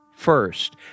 first